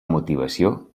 motivació